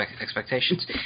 expectations